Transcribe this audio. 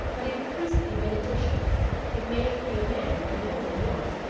but if priestly benediction can make a man and woman one,